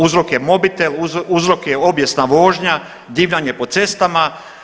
Uzrok je mobitel, uzrok je obijesna vožnja, divljanje po cestama.